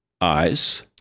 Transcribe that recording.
eyes